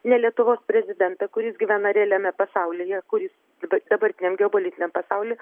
ne lietuvos prezidentą kuris gyvena realiame pasaulyje kuris daba dabartiniam geopolitiniam pasauly